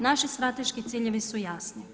Naši strateški ciljevi su jasni.